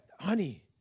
honey